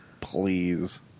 Please